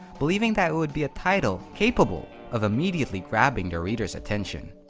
believing that it would be a title capable of immediately grabbing the reader's attention.